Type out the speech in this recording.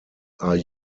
are